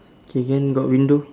okay then got window